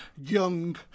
Young